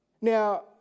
Now